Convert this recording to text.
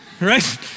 right